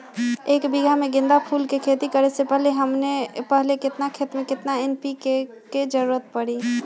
एक बीघा में गेंदा फूल के खेती करे से पहले केतना खेत में केतना एन.पी.के के जरूरत परी?